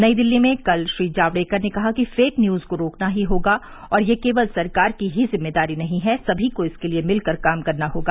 नई दिल्ली में कल श्री जावड़ेकर ने कहा कि फेक न्यूज को रोकना ही होगा और यह केवल सरकार की ही जिम्मेदारी नहीं है सभी को इसके लिए मिलकर काम करना होगा